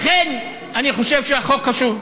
לכן, אני חושב שהחוק חשוב.